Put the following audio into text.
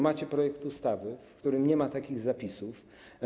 Macie projekt ustawy, w którym nie ma takich zapisów.